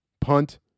punt